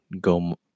go